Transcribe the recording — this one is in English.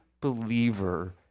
believer